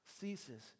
Ceases